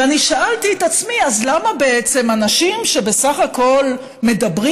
ואני שאלתי את עצמי: אז למה בעצם אנשים שבסך הכול מדברים